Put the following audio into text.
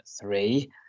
three